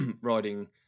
riding